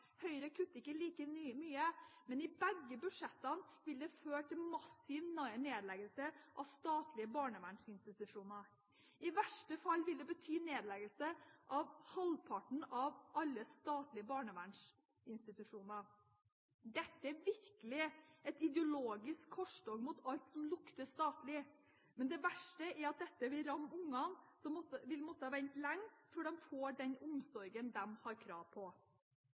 Høyre kutter ikke like mye, men begge budsjettene vil føre til massiv nedleggelse av statlige barnevernsinstitusjoner. I verste fall vil det bety nedleggelse av halvparten av alle statlige barnevernsinstitusjoner. Dette er virkelig et ideologisk korstog mot alt som lukter statlig. Men det verste er at dette vil ramme barna, som vil måtte vente lenge før de får den omsorgen de har krav på.